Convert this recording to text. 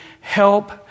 help